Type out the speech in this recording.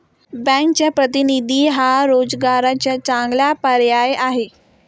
बँकचा प्रतिनिधी हा रोजगाराचा चांगला पर्याय आहे